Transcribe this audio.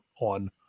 on